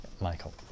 Michael